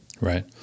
Right